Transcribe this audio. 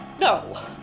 No